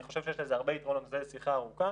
אני חושב שיש לזה הרבה יתרונות, זה שיחה ארוכה.